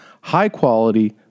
high-quality